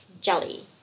jelly